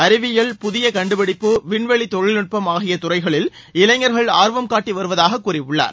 அறிவியல் புதிய கண்டுபிடிப்பு விண்வெளி தொழில்நட்பம் ஆகிய துறைகளில் இளைஞர்கள் ஆர்வம் காட்டி வருவதாக கூறியுள்ளார்